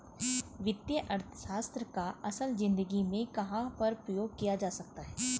वित्तीय अर्थशास्त्र का असल ज़िंदगी में कहाँ पर प्रयोग किया जा सकता है?